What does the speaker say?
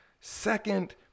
Second